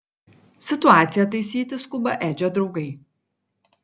situaciją taisyti skuba edžio draugai